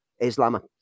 Islam